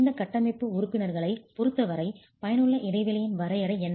இந்த கட்டமைப்பு உறுப்பினர்களைப் பொருத்தவரை பயனுள்ள இடைவெளியின் வரையறை என்ன